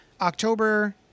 October